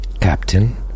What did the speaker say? Captain